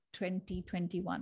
2021